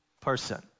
person